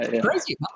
crazy